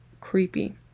creepy